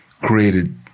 created